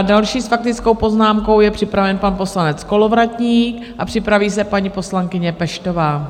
Další s faktickou poznámkou je připraven pan poslanec Kolovratník a připraví se paní poslankyně Peštová.